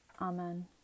Amen